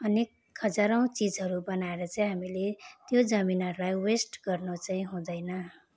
अनेक हजारौँ चिजहरू बनाएर चाहिँ हामीले त्यो जमिनहरूलाई वेस्ट गर्नु चाहिँ हुँदैन